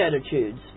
attitudes